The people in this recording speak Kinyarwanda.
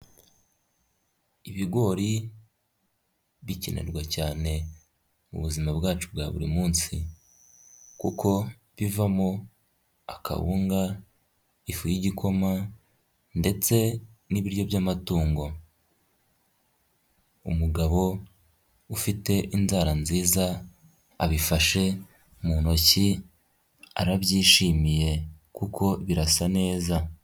Ibigori bikenerwa cyane mu buzima bwacu bwa buri munsi kuko bivamo akawunga, ifu y'igikoma ndetse n'ibiryo by'amatungo, umugabo ufite inzara nziza abifashe mu ntoki arabyishimiye kuko birasa neza.